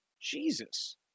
Jesus